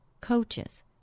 coaches